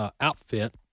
outfit